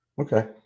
Okay